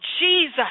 Jesus